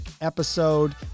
episode